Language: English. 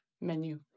Menu